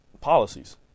policies